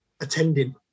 attending